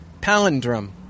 Palindrome